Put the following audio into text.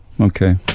okay